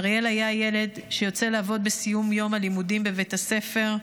אריאל היה ילד שיוצא לעבוד בסיום יום הלימודים בבית הספר,